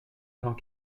dans